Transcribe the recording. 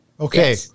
Okay